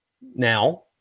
now